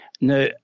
now